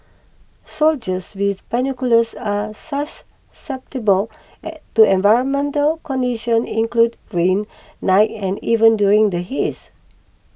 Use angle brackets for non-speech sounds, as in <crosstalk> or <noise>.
soldiers with binoculars are susceptible <noise> to environmental conditions include rain night and even during the haze